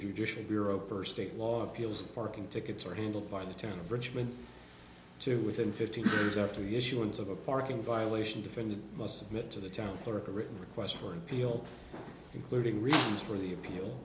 judicial bureau per state law appeals and parking tickets are handled by the town of richmond to within fifteen years after the issuance of a parking violation defendant must submit to the town clerk a written request for an appeal including reasons for the appeal